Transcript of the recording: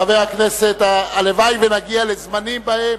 של חבר הכנסת אחמד טיבי וחברי כנסת נוספים,